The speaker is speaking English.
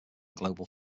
global